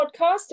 podcast